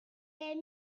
les